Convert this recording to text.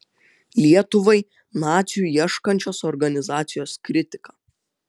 lietuvai nacių ieškančios organizacijos kritika